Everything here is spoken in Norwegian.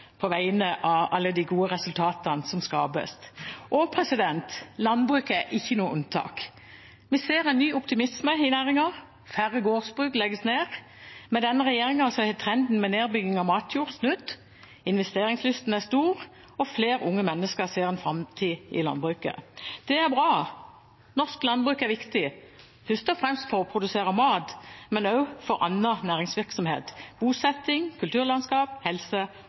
på vegne av alle de gode resultatene som skapes. Landbruket er ikke noe unntak. Vi ser en ny optimisme i næringen, færre gårdsbruk legges ned. Med denne regjeringen har trenden med nedbygging av matjord snudd, investeringslysten er stor, og flere unge mennesker ser en framtid i landbruket. Det er bra. Norsk landbruk er viktig først og fremst for å produsere mat, men også for annen næringsvirksomhet, bosetting, kulturlandskap, helse